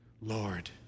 Lord